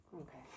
okay